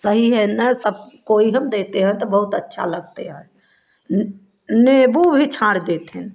सही है न सबको ई हम देते हैं तो बहुत अच्छा लगते हैं नीम्बू भी छाँड़ देते हैं